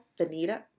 Vanita